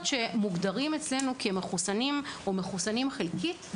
שמוגדרים אצלנו כמחוסנים או מחוסנים חלקית,